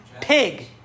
Pig